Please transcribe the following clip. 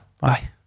Bye